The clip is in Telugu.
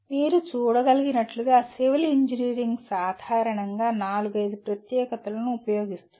మీరు చూడగలిగినట్లుగా సివిల్ ఇంజనీరింగ్ సాధారణంగా నాలుగైదు ప్రత్యేకతలు ఉపయోగిస్తుంది